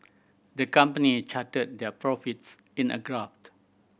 the company charted their profits in a graph